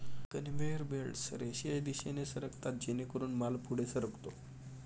conveyor belts रेषीय दिशेने सरकतात जेणेकरून माल पुढे सरकतो